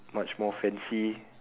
much more fancy